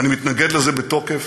אני מתנגד לזה בתוקף.